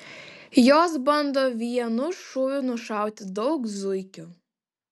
jos bando vienu šūviu nušauti daug zuikių